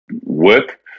work